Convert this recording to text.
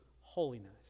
holiness